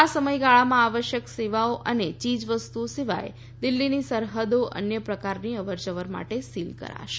આ સમયગાળામાં આવશ્યક સેવાઓ અને ચીજવસ્તુઓ સિવાય દિલ્ફીની સરહૃદો અન્ય પ્રકારની અવર જવર માટે સીલ કરાશે